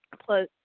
Plus